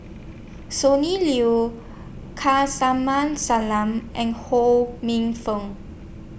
Sonny Liew Salam and Ho Minfong